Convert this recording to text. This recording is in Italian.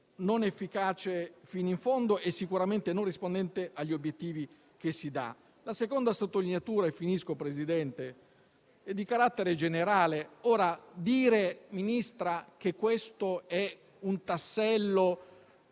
non efficace fino in fondo e sicuramente non rispondente agli obiettivi che si dà. La seconda sottolineatura - e finisco, signor Presidente - è di carattere generale. Dire che questo è un tassello